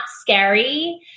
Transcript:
scary